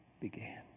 began